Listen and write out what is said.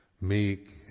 meek